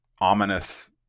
ominous